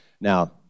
Now